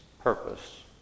purpose